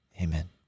Amen